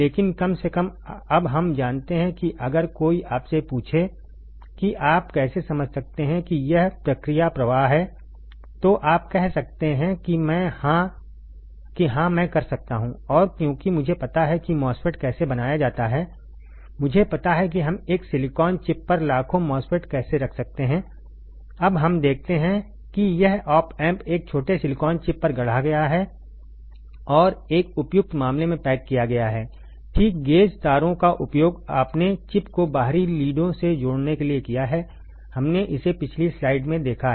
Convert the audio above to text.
लेकिन कम से कम अब हम जानते हैं कि अगर कोई आपसे पूछे कि आप यह कैसे समझ सकते हैं कि यह प्रक्रिया प्रवाह क्या है तो आप कह सकते हैं कि हाँ मैं कर सकता हूँ और क्योंकि मुझे पता है कि MOSFET कैसे बनाया जाता है मुझे पता है कि हम एक सिलिकॉन चिप पर लाखों MOSFET कैसे रख सकते हैं अब हम देखते हैं कि यह ऑप एम्प एक छोटे सिलिकॉन चिप पर गढ़ा गया है और एक उपयुक्त मामले में पैक किया गया है ठीक गेज तारों का उपयोग आपने चिप को बाहरी लीडों से जोड़ने के लिए किया है हमने इसे पिछली स्लाइड में देखा है